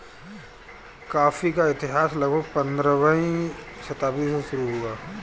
coffee का इतिहास लगभग पंद्रहवीं शताब्दी से शुरू हुआ है